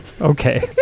Okay